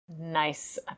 nice